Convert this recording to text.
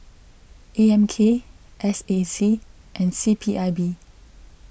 A M K S A C and C P I B